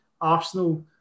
Arsenal